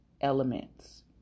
elements